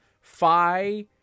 phi